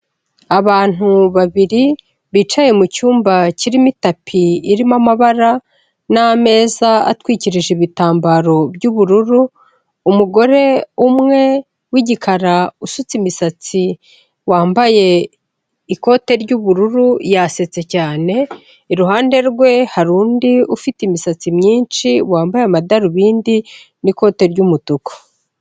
Abantu babiri, bicaye mu cyumba kirimo itapi irimo amabara, n'ameza atwikirije ibitambaro by'ubururu, umugore umwe w'igikara usutse imisatsi, wambaye ikote ry'ubururu yasetse cyane, iruhande rwe hari undi ufite imisatsi myinshi, wambaye amadarubindi, n'ikote ry'umutuku.